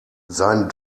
sein